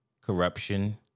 corruption